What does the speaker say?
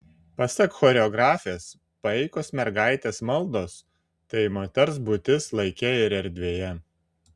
pasak choreografės paikos mergaitės maldos tai moters būtis laike ir erdvėje